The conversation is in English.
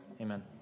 Amen